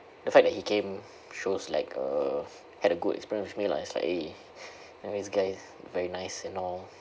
the fact that he came shows like uh had a good experience with me lah it's like eh you know this guy's very nice and all